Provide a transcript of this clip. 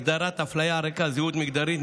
הגדרת הפליה על רקע זהות מגדרית,